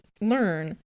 learn